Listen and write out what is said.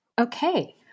Okay